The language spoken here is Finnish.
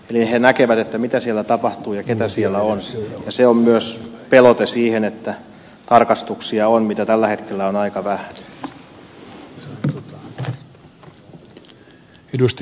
eli he näkevät mitä siellä tapahtuu ja keitä siellä on ja se on myös pelote siihen että tarkastuksia on joita tällä hetkellä on aika vähän